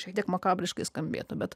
šiek tiek makabriškai skambėtų bet